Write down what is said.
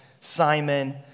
Simon